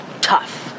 Tough